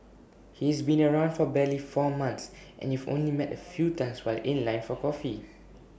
he's been around for barely four months and you've only met A few times while in line for coffee